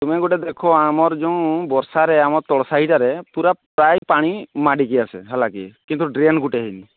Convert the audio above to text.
ତୁମେ ଗୋଟିଏ ଦେଖ ଆମର ଯୋଉଁ ବର୍ଷାରେ ଆମର ତଳ ସାହିଟାରେ ପୁରା ପାଇପ୍ ପାଣି ମାଡ଼ିକି ଆସେ ହେଲାକି କିନ୍ତୁ ଡ୍ରେନ୍ ଗୋଟିଏ ହୋଇନି